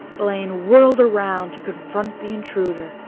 blaine whirled around to confront the intruder,